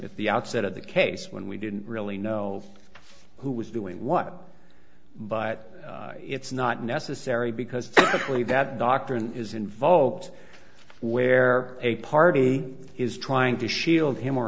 at the outset of the case when we didn't really know who was doing what but it's not necessary because the plea that doctrine is invoked where a party is trying to shield him or